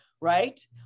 right